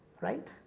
right